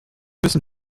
müssen